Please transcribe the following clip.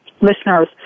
listeners